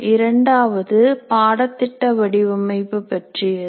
இரண்டாவது பாடத்திட்ட வடிவமைப்பு பற்றியது